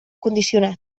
condicionat